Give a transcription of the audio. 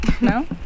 no